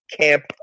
camp